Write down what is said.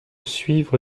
suivre